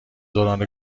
دوران